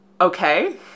okay